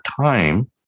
time